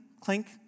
clink